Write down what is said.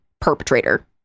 perpetrator